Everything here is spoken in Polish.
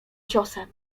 ciosem